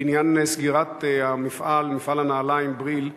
בעניין סגירת המפעל, מפעל הנעליים "בריל"